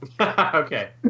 Okay